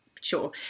sure